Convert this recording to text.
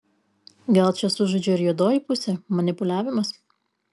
gal čia sužaidžia ir juodoji pusė manipuliavimas